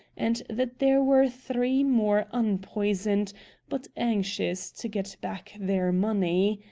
and that there were three more unpoisoned but anxious to get back their money.